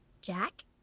Jack